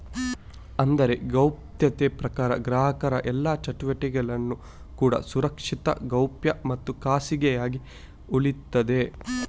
ಅಂದ್ರೆ ಗೌಪ್ಯತೆ ಪ್ರಕಾರ ಗ್ರಾಹಕರ ಎಲ್ಲಾ ಚಟುವಟಿಕೆಗಳು ಕೂಡಾ ಸುರಕ್ಷಿತ, ಗೌಪ್ಯ ಮತ್ತು ಖಾಸಗಿಯಾಗಿ ಉಳೀತದೆ